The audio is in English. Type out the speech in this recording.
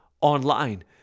online